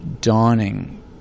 dawning